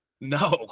No